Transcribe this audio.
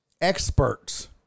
experts